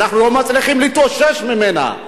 אנחנו לא מצליחים להתאושש ממנה.